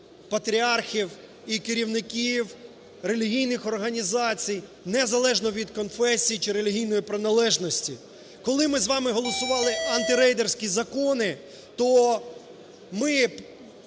патріархів, і керівників релігійних організацій, незалежно від конфесій, чи релігійної приналежності. Коли ми з вами голосували антирейдерські закони, то ми